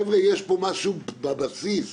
חבר'ה, יש משהו בבסיס,